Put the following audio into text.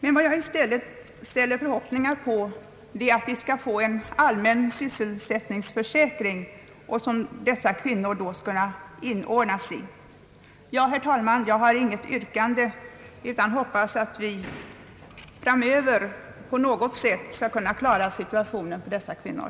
Men vad jag i stället hyser förhoppningar om är att vi skall få en allmän sysselsättningsförsäkring, som =:dessa kvinnor då skall kunna inordnas i. Ja, herr talman, jag har inget yrkande utan hoppas att vi framdeles på något sätt skall kunna klara situationen för dessa kvinnor.